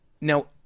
now